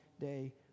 day